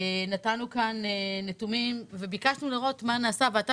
נתנו כאן נתונים וביקשנו לראות מה נעשה ואתה